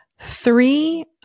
Three